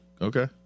Okay